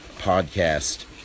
podcast